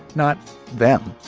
not them,